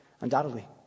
undoubtedly